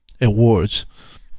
awards